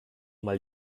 mal